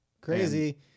Crazy